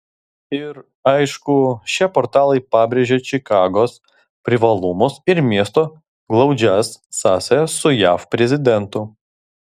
ir aišku šie portalai pabrėžia čikagos privalumus ir miesto glaudžias sąsajas su jav prezidentu